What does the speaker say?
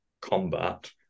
combat